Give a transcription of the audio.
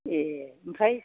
ए ओमफ्राय